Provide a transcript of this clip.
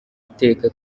iteka